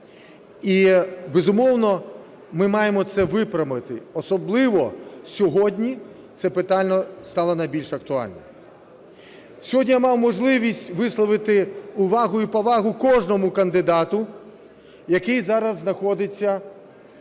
І, безумовно, ми маємо це виправити, особливо сьогодні це питання стало найбільш актуальним. Сьогодні я мав можливість висловити увагу і повагу кожному кандидату, який зараз знаходиться